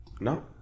No